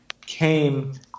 came